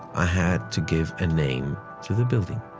i had to give a name to the building.